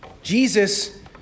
Jesus